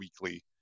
weekly